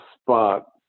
spot